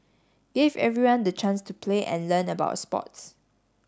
gave everyone the chance to play and learn about sports